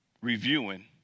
reviewing